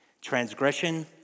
transgression